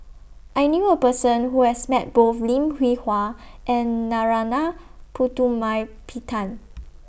I knew A Person Who has Met Both Lim Hwee Hua and Narana Putumaippittan